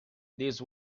this